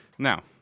Now